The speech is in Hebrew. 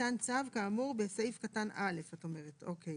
ניתן צו כאמור בסעיף קטן (א) או (ג),